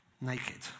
naked